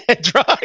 drug